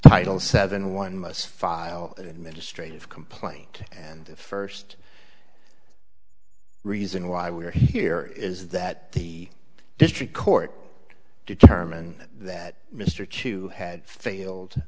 title seven one must file an administrative complaint and the first reason why we are here is that the district court determined that mr chu had failed